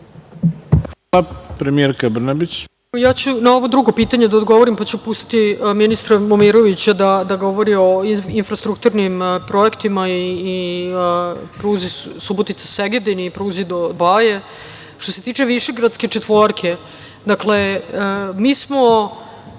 ima reč. **Ana Brnabić** Ja ću na ovo drugo pitanje da odgovorim, pa ću pustiti ministra Momirovića da govori o infrastrukturnim projektima i pruzi Subotica – Segedin i pruzi do Baje. Što se tiče Višegradske četvorke, dakle, mi smo